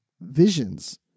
visions